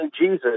Jesus